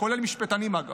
כולל משפטנים, אגב.